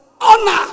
honor